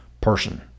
person